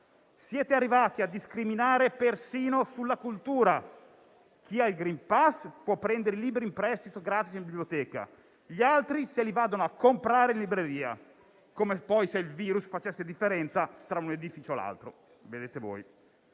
Siete arrivati a discriminare persino sulla cultura. Chi ha il *green pass* può prendere in prestito libri *gratis* in biblioteca; gli altri se li vadano a comprare in libreria, come se il virus poi facesse differenza tra un edificio e l'altro. Ve lo